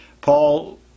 Paul